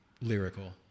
lyrical